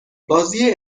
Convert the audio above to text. بازی